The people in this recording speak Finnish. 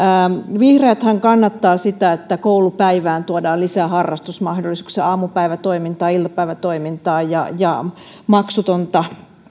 vihreäthän kannattavat sitä että koulupäivään tuodaan lisää harrastusmahdollisuuksia aamupäivätoimintaa iltapäivätoimintaa ja ja maksutonta